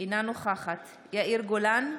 אינה נוכחת יאיר גולן,